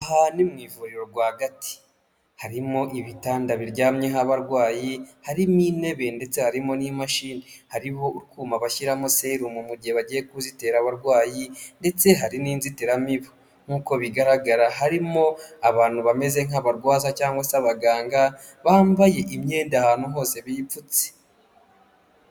Aha hantu ni mu ivuriro rwagati, harimo ibitanda biryamyeho abarwayi, harimo intebe ndetse harimo n'imashini. Hariho utwuma bashyiramo serumu mu gihe bagiye kuzitera abarwayi, ndetse hari n'inzitiramibu. Nk'uko bigaragara, harimo abantu bameze nk'abarwaza cyangwa se abaganga, bambaye imyenda ahantu hose bipfutse.